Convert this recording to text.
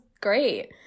great